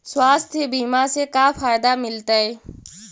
स्वास्थ्य बीमा से का फायदा मिलतै?